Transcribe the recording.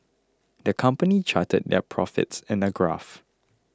the company charted their profits in a graph